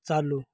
चालू